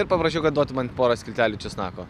ir paprašiau kad duotų man porą skiltelių česnako